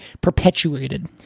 perpetuated